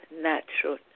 natural